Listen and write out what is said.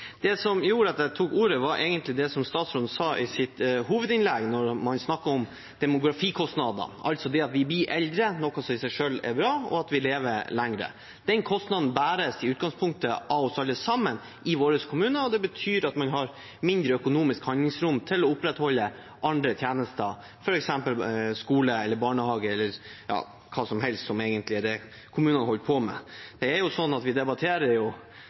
Det som gjorde at jeg tok ordet, var egentlig det statsråden sa i sitt hovedinnlegg når man snakker om demografikostnader, altså at vi blir eldre, noe som i seg selv er bra, og at vi lever lenger. Den kostnaden bæres i utgangspunktet av oss alle sammen i våre kommuner. Det betyr at man har mindre økonomisk handlingsrom til å opprettholde andre tjenester, f.eks. skole, barnehage eller egentlig hva som helst av det kommunene holder på med. Vi debatterer nå godt over 600 milliarder norske kroner i salen, og det